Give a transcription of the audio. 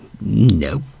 No